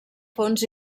fons